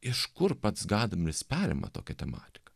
iš kur pats gadameris perima tokią tematiką